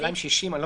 אולי לא